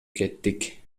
кеттик